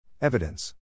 Evidence